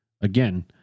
Again